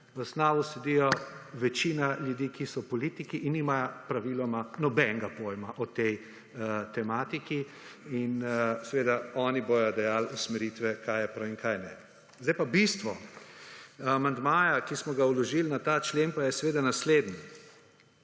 V SNAV-u sedijo večina ljudi, ki so politiki in nimajo praviloma nobenega pojma o tej tematiki. In seveda oni bodo dajali usmeritve, kaj je prav in kaj ne. Zdaj pa bistvo amandmaja, ki smo ga vložili na ta člen, pa je seveda naslednje.